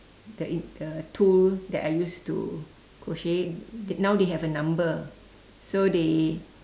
the in the tool that I use to crochet now they have a number so they